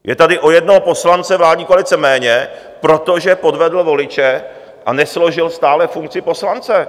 Je tady o jednoho poslance vládní koalice méně, protože podvedl voliče a nesložil stále funkci poslance.